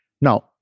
now